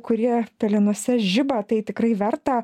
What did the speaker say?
kurie pelenuose žiba tai tikrai verta